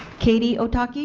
katie ohtake?